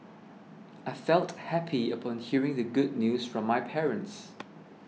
I felt happy upon hearing the good news from my parents